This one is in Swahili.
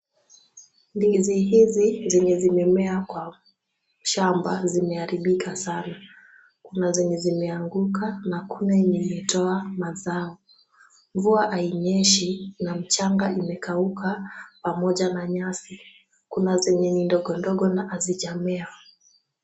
Ndizi hizi zenye zimemea kwa shamba zimeharibika sana. Kuna zenye zimeanguka na hakuna yenye imetoa mazao. Mvua hainyeshi na mchanga imekauka pamoja na nyasi. Kuna zenye ni ndogondogo na hazijamea.